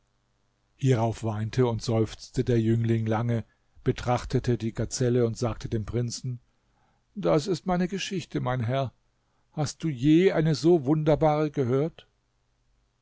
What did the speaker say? hierauf weinte und seufzte der jüngling lange betrachtete die gazelle und sagte dem prinzen das ist meine geschichte mein herr hast du je eine so wunderbare gehört